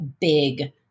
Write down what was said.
big